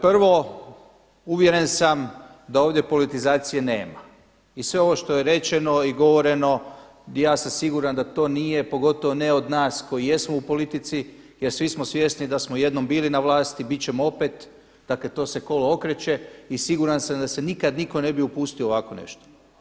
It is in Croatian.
Prvo, uvjeren sam da ovdje politizacije nema i sve ovo što je rečeno i govoreno ja sam siguran da to nije, pogotovo ne od nas koji jesmo u politici, jer svi smo svjesni da smo jednom bili na vlasti, biti ćemo opet, dakle to se kolo okreće i siguran sam da se nikad nitko ne bi upustio u ovakvo nešto.